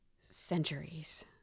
centuries